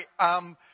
right